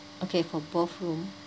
okay for both room